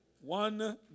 One